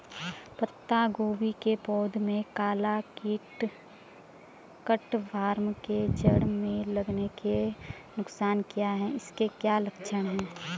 पत्ता गोभी की पौध में काला कीट कट वार्म के जड़ में लगने के नुकसान क्या हैं इसके क्या लक्षण हैं?